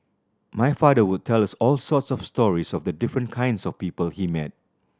my father would tell us all sorts of stories of the different kinds of people he met